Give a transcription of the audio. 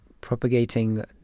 propagating